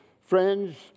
Friends